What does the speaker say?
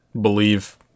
believe